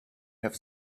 have